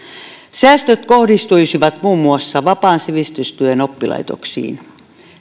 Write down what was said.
säästöt kohdistuisivat muun muassa vapaan sivistystyön oppilaitoksiin